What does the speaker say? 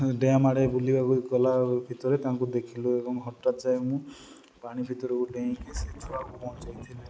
dam ଆଡ଼େ ବୁଲିବାକୁ ଗଲା ଭିତରେ ତାଙ୍କୁ ଦେଖିଲୁ ଏବଂ ହଠାତ ଯାଇ ମୁଁ ପାଣି ଭିତରକୁ ଡେଇଁକି ସେ ଛୁଆକୁ ବଞ୍ଚେଇଥିଲି